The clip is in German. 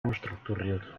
umstrukturiert